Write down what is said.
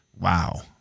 Wow